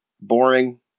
boring